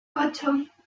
ocho